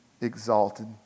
exalted